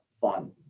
fun